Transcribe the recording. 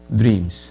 dreams